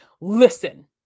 listen